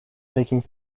taking